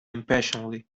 impatiently